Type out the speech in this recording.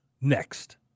next